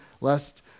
lest